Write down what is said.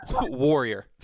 Warrior